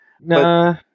No